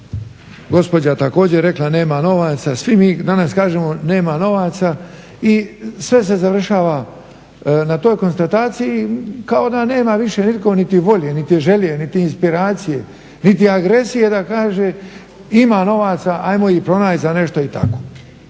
gospođa je također rekla da nema novaca, svi mi danas kažemo – nema novaca i sve se završava na toj konstataciji kao da nema više nitko niti volje niti želje, niti inspiracije, niti agresije da kaže – ima novaca, ajmo ih pronaći za nešto i tako.